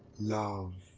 love.